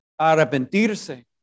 arrepentirse